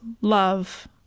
love